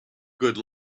good